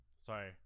Sorry